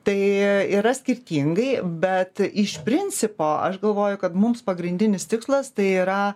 tai yra skirtingai bet iš principo aš galvoju kad mums pagrindinis tikslas tai yra